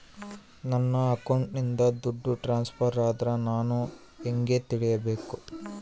ನನ್ನ ಅಕೌಂಟಿಂದ ದುಡ್ಡು ಟ್ರಾನ್ಸ್ಫರ್ ಆದ್ರ ನಾನು ಹೆಂಗ ತಿಳಕಬೇಕು?